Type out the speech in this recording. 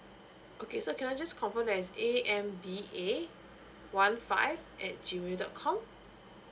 okay so can I just confirm that is A M B A one five at G mail dot com